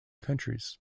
countries